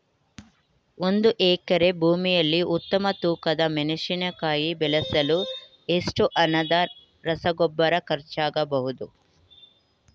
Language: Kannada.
ಒಂದು ಎಕರೆ ಭೂಮಿಯಲ್ಲಿ ಉತ್ತಮ ತೂಕದ ಮೆಣಸಿನಕಾಯಿ ಬೆಳೆಸಲು ಎಷ್ಟು ಹಣದ ರಸಗೊಬ್ಬರ ಖರ್ಚಾಗಬಹುದು?